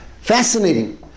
Fascinating